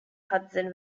hudson